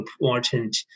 important